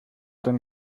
denn